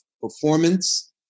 performance